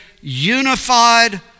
unified